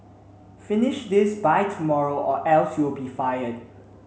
finish this by tomorrow or else you'll be fired